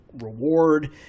reward